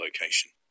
location